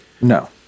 No